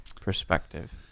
perspective